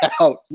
out